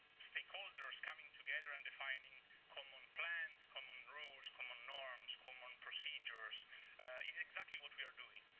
stakeholders coming together and defining common plans, common rules, common norms, common procedures, it is exactly what we are doing.